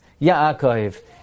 Yaakov